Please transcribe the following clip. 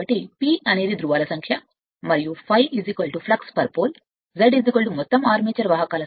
కాబట్టి P అనేది ధ్రువాల సంఖ్య మరియు ధ్రువానికి ∅ ఫ్లక్స్ Z మొత్తం సంఖ్య ఆర్మేచర్ వాహకాలు